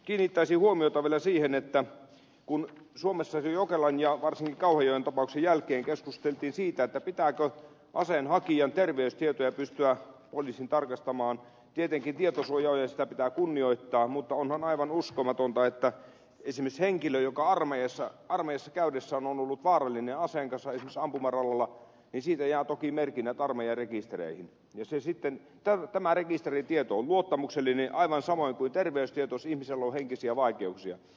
kiinnittäisin huomiota vielä siihen että kun suomessa jokelan ja varsinkin kauhajoen tapauksen jälkeen keskusteltiin siitä pitääkö aseenhakijan terveystietoja pystyä poliisin tarkastamaan niin tietenkin tietosuoja on ja sitä pitää kunnioittaa mutta onhan aivan uskomatonta että kun esimerkiksi henkilö armeijassa ollessaan on ollut vaarallinen aseen kanssa esimerkiksi ampumaradalla niin siitä jää toki merkinnät armeijan rekistereihin mutta tämä rekisteritieto on luottamuksellinen aivan samoin kuin terveystieto jos ihmisellä on henkisiä vaikeuksia